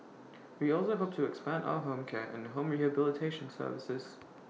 we also hope to expand our home care and home rehabilitation services